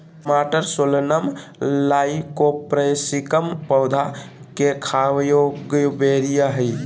टमाटरसोलनम लाइकोपर्सिकम पौधा केखाययोग्यबेरीहइ